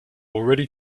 already